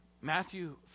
Matthew